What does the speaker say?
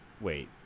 Wait